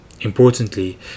Importantly